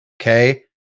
Okay